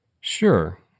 Sure